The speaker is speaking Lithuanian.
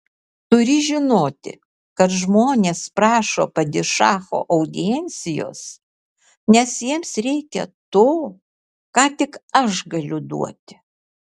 turi žinoti kad žmonės prašo padišacho audiencijos nes jiems reikia to ką tik aš galiu duoti